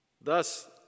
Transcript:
Thus